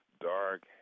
dark